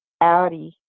Audi